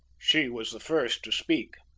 she was the first to speak.